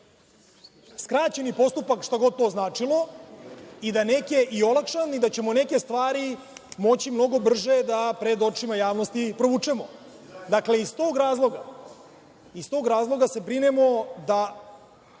skraćeni postupak, šta god to značilo i da ćemo neke stvari moći mnogo brže da pred očima javnosti provučemo. Dakle, iz tog razloga se brinemo da